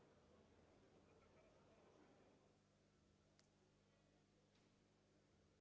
Дякую